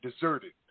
deserted